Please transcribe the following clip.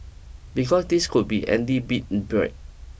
because this could be Andy big break